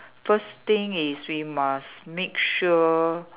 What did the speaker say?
first thing is we must make sure